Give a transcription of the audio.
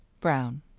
brown